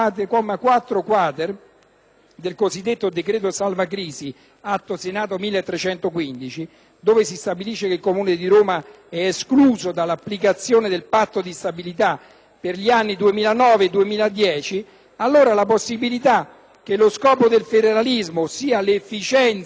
del cosiddetto decreto salvacrisi (Atto Senato n. 1315) dove si stabilisce che il Comune di Roma è escluso dall'applicazione del Patto di stabilità per gli anni 2009 e 2010, allora la possibilità che lo scopo del federalismo (ossia l'efficienza economico-amministrativa,